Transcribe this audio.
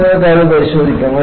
നമുക്ക് അത് പരിശോധിക്കാം